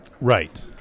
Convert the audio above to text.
right